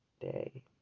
day